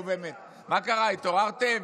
נו, באמת, מה קרה, התעוררתם?